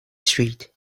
street